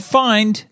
find